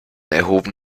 erhoben